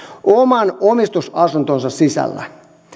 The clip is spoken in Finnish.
oman omistusasuntonsa sisällä